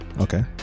Okay